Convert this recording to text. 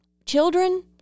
Children